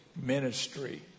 ministry